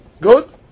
Good